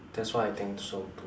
that's why I think so too lah